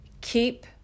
Keep